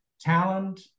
talent